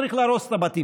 אז צריך להרוס את הבתים.